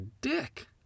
dick